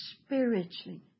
spiritually